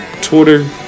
Twitter